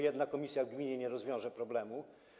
Jedna komisja w gminie nie rozwiąże problemu.